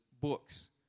books